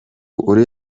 uri